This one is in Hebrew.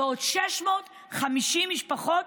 ועוד 650 משפחות